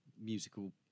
musical